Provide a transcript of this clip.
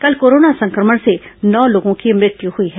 कल कोरोना संक्रमण से नौ लोगों की मृत्यु हुई है